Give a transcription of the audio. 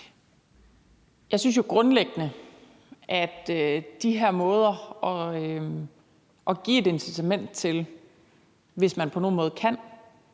Jeg synes jo grundlæggende, at de her måder til at give et incitament til – hvis man på nogen måde kan